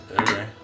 Okay